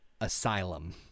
Asylum